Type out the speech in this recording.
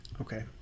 okay